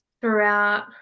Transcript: throughout